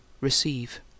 RECEIVE